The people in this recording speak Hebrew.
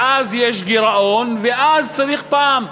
ואז יש גירעון ואז צריך פעם,